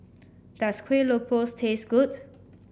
does Kueh Lopes taste good